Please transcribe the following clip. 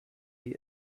wir